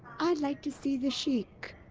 i'd like to see the sheik.